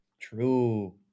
True